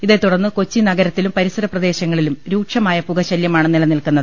ഇതേതുടർന്ന് കൊച്ചി നഗ രത്തിലും സമീപപ്രദേശങ്ങളിലും രൂക്ഷമായ പുകശല്യമാണ് നില നിൽക്കുന്നത്